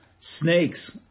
snakes